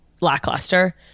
lackluster